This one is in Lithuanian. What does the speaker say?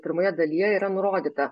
pirmoje dalyje yra nurodyta